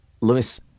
Lewis